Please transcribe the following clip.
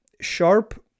Sharp